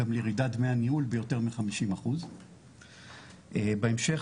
גם לירידת דמי הניהול ביותר מ- 50%. בהמשך